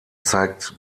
zeigt